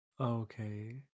okay